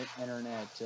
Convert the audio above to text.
internet